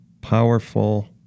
powerful